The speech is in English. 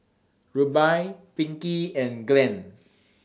Rubye Pinkey and Glenn